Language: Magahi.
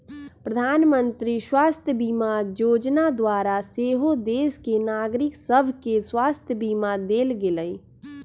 प्रधानमंत्री स्वास्थ्य बीमा जोजना द्वारा सेहो देश के नागरिक सभके स्वास्थ्य बीमा देल गेलइ